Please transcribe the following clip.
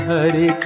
Hare